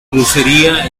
crucería